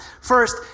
First